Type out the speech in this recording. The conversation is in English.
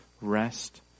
rest